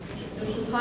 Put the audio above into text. דקות.